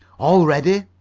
all ready?